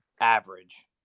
average